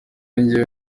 njyewe